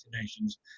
Nations